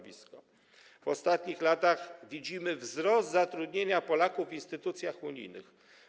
W ostatnich latach widzimy wzrost zatrudnienia Polaków w instytucjach unijnych.